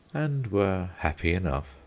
and were happy enough,